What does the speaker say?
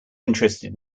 interested